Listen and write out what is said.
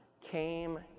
came